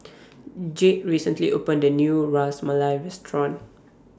Jayde recently opened A New Ras Malai Restaurant